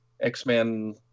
X-Men